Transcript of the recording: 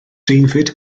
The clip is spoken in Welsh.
david